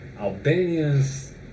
Albanians